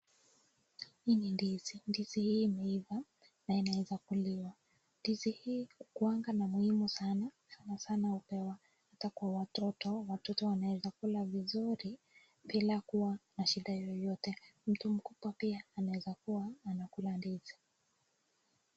Hii ni ndizi. Ndizi hii imeiva na inaweza kuliwa. Ndizi hii hukwanga na muhimu sana sana sana hupewa hata kwa watoto. Watoto wanaweza kula vizuri bila kuwa na shida yoyote. Mtu mkubwa pia anaweza kuwa anakula ndizi.